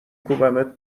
کوبمت